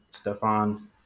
Stefan